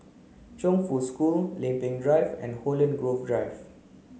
Chongfu School Lempeng Drive and Holland Grove Drive